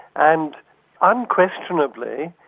and unquestionably,